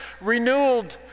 renewed